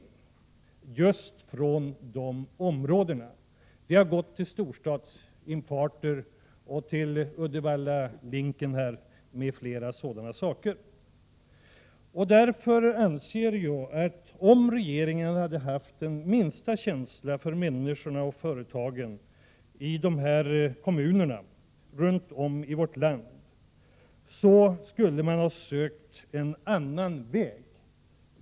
Anslagen har alltså dragits in just när det gäller dessa områden och gått till storstadsinfarter, till Uddevallalinken o.d. Mot denna bakgrund anser jag att om regeringen hade haft minsta känsla för människorna och för företagen i dessa kommuner, runt om i vårt land, så skulle man ha sökt en annan väg.